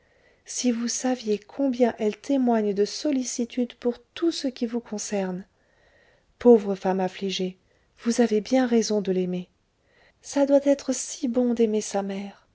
si vous saviez combien elle témoigne de sollicitude pour tout ce qui vous concerne pauvre femme affligée vous avez bien raison de l'aimer ça doit être si bon d'aimer sa mère